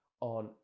on